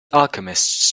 alchemists